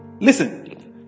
Listen